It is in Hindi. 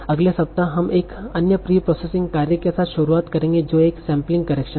अगले सप्ताह हम एक अन्य प्री प्रोसेसिंग कार्य के साथ शुरुआत करेंगे जो एक स्पेलिंग करेक्शन है